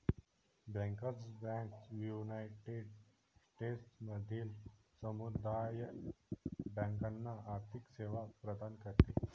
bankers bank united स्टेट्समधील समुदाय बँकांना आर्थिक सेवा प्रदान करते